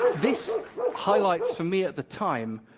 this highlights for me, at the time,